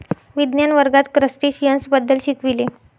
विज्ञान वर्गात क्रस्टेशियन्स बद्दल शिकविले